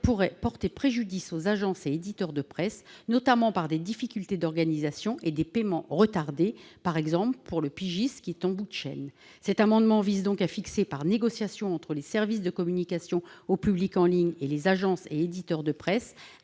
pourrait porter préjudice aux agences et éditeurs de presse et entraîner des difficultés d'organisation et des retards de paiements, par exemple pour le pigiste qui est en bout de chaîne. Cet amendement vise donc à fixer, par négociation entre les services de communication au public en ligne et les agences et éditeurs de presse,